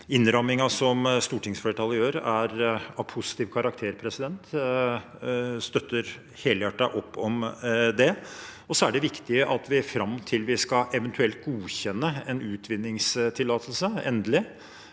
innrammingen som stortingsflertallet gjør, er av positiv karakter. Jeg støtter helhjertet opp om det. Så er det viktig at vi fram til vi eventuelt skal godkjenne en utvinningstillatelse endelig,